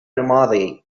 الماضي